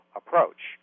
approach